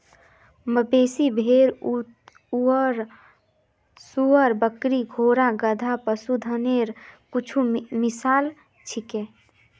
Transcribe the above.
मवेशी, भेड़, सूअर, बकरी, घोड़ा, गधा, पशुधनेर कुछु मिसाल छीको